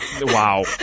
wow